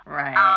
right